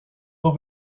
aux